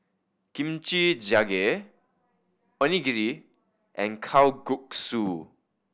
Kimchi Jjigae Onigiri and Kalguksu